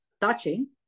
touching